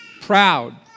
proud